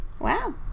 Wow